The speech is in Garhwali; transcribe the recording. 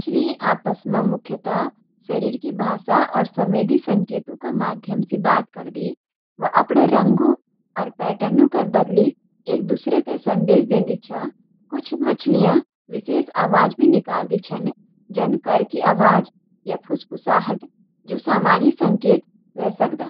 मछलि आपस में मुख्यतः शरीर की भाषा और संवेदी संकेतों क माध्यम से बात कर दी। वा अपना रंगों और पैटर्नों के बदली एक-दूसरे के संदेश देदी छ। कुछ मछलियाँ विशेष आवाज भी निकालदी छन, जन कर् की आवाज या फुसफुसाहट, जो सामाजिक संकेत वे सकदा ।